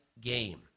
game